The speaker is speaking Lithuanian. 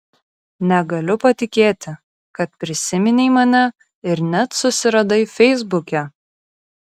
negaliu patikėti kad prisiminei mane ir net susiradai feisbuke